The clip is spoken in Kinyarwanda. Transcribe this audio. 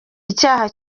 icyaha